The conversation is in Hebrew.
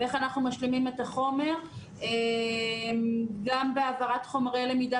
ואיך אנחנו משלימים את החומר גם בהעברת חומרי למידה